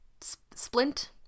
splint